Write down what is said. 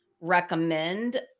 recommend